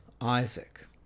Isaac